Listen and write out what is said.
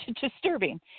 disturbing